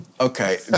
Okay